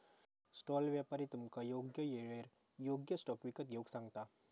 stall व्यापारी तुमका योग्य येळेर योग्य स्टॉक विकत घेऊक सांगता